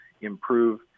improve